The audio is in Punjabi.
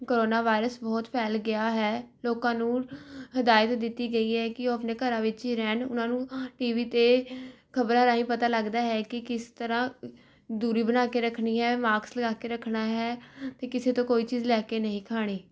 ਕਰੋਨਾ ਵਾਇਰਸ ਬਹੁਤ ਫੈਲ ਗਿਆ ਹੈ ਲੋਕਾਂ ਨੂੰ ਹਦਾਇਤ ਦਿੱਤੀ ਗਈ ਹੈ ਕਿ ਉਹ ਆਪਣੇ ਘਰਾਂ ਵਿੱਚ ਹੀ ਰਹਿਣ ਉਹਨਾਂ ਨੂੰ ਟੀ ਵੀ 'ਤੇ ਖਬਰਾਂ ਰਾਹੀਂ ਪਤਾ ਲੱਗਦਾ ਹੈ ਕਿ ਕਿਸ ਤਰ੍ਹਾਂ ਦੂਰੀ ਬਣਾ ਕੇ ਰੱਖਣੀ ਹੈ ਮਾਕਸ ਲਗਾ ਕੇ ਰੱਖਣਾ ਹੈ ਅਤੇ ਕਿਸੇ ਤੋਂ ਕੋਈ ਚੀਜ਼ ਲੈ ਕੇ ਨਹੀਂ ਖਾਣੀ